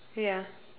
ya